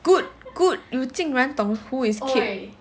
good good liu jing ren 懂 who is kate